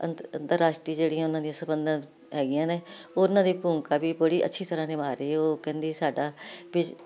ਅੰਤਰਰਾਸ਼ਟਰੀ ਜਿਹੜੀ ਉਹਨਾਂ ਦੀ ਸਬੰਧਤ ਹੈਗੀਆਂ ਨੇ ਉਹਨਾਂ ਦੀ ਭੂਮਿਕਾ ਵੀ ਬੜੀ ਅੱਛੀ ਤਰ੍ਹਾਂ ਨਿਭਾ ਰਹੀ ਹੈ ਉਹ ਕਹਿੰਦੀ ਆ ਸਾਡਾ